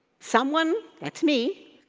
someone, that's me,